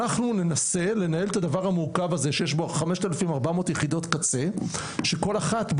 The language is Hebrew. אנחנו ננסה לנהל את הדבר המורכב הזה שיש בו 5,400 יחידות קצה שכל אחת,